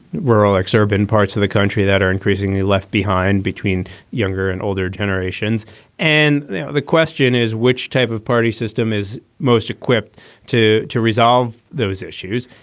rural, exurban parts of the country that are increasingly left behind between younger and older generations and the question is, which type of party system is most equipped to to resolve those issues?